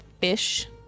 fish